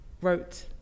wrote